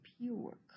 pure